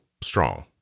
strong